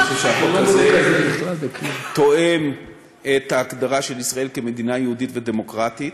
אני חושב שהחוק הזה תואם את ההגדרה של ישראל כמדינה יהודית ודמוקרטית,